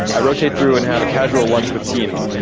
i rotate through and have a casual lunch with teams.